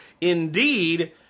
indeed